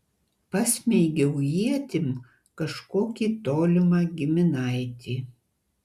pasmeigiau ietim kažkokį tolimą giminaitį